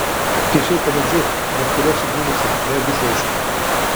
tiesiog pamėgdžiok bet kurią suglumusią veido išraišką